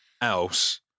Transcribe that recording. else